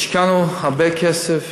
השקענו הרבה כסף